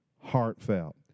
heartfelt